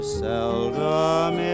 seldom